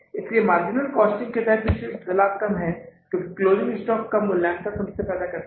इसलिए marginal costing के तहत शुद्ध लाभ कम है क्योंकि क्लोजिंग स्टॉक का मूल्यांकन समस्या पैदा करता है